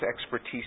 expertise